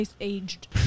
aged